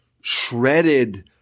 shredded